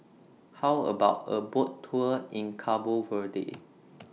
How about A Boat Tour in Cabo Verde